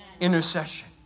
Intercession